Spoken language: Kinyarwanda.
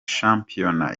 shampiyona